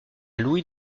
louis